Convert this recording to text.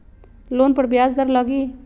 Loan पर ब्याज दर लगी?